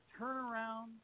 turnaround